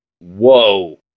whoa